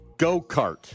Go-kart